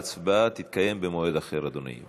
ההצבעה תתקיים במועד אחר, אדוני.